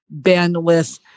bandwidth